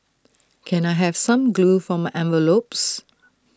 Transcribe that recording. can I have some glue for my envelopes